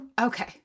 okay